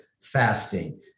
fasting